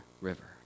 River